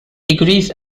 degrees